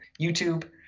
YouTube